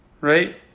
Right